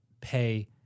pay